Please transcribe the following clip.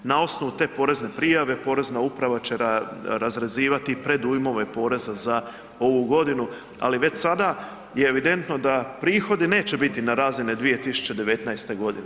Na osnovu te porezne prijave Porezna uprava će razrezivati predujmove poreza za ovu godinu, ali već sada je evidentno da prihodi neće biti na razini 2019. godine.